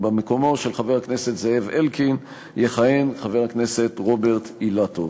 במקומו של חבר הכנסת זאב אלקין יכהן חבר הכנסת רוברט אילטוב.